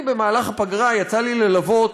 אני, במהלך הפגרה יצא לי ללוות